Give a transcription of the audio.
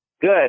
Good